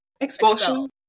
expulsion